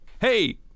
Hey